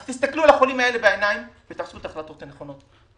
אז תסתכלו לחולים האלה בעיניים ותעשו את ההחלטות הנכונות.